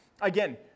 Again